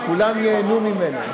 הוא לא אמר "ליכודי", הוא אמר "מרוקאי".